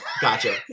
gotcha